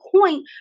point